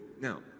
Now